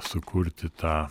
sukurti tą